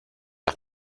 las